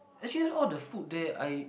actually all the food there I